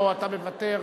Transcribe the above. או אתה מוותר?